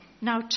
Now